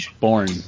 born